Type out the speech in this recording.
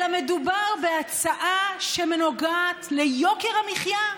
אלא מדובר בהצעה שנוגעת ליוקר המחיה,